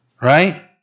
Right